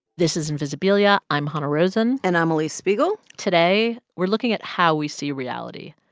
this is invisibilia. i'm hanna rosin and i'm alix spiegel today, we're looking at how we see reality.